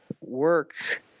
work